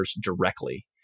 directly